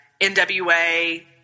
NWA